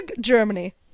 germany